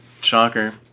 Shocker